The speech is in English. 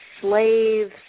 slaves